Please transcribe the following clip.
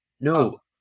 no